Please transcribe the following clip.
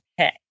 okay